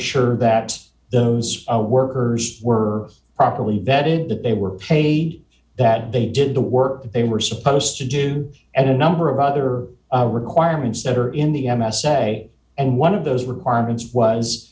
sure that those oh workers were properly vetted that they were paid that they did the work that they were supposed to do and a number of other requirements that are in the m s a and one of those requirements was